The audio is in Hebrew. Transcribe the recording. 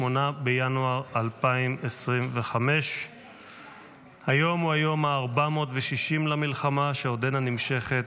8 בינואר 2025. היום הוא היום ה-460 למלחמה שעודנה נמשכת,